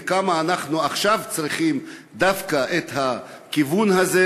וכמה אנחנו עכשיו צריכים דווקא את הכיוון הזה,